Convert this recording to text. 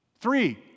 Three